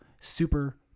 super